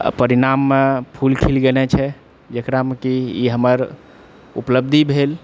आ परिणाममे फूल खिल गेनाय छै जेकरामे कि ई हमर उपलब्धि भेल